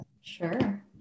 sure